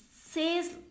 says